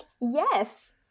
yes